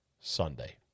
Sunday